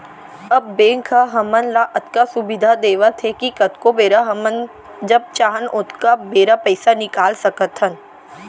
अब बेंक ह हमन ल अतका सुबिधा देवत हे कि कतको बेरा हमन जब चाहन ओतका बेरा पइसा निकाल सकत हन